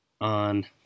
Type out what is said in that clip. on